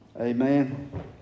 Amen